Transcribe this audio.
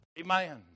amen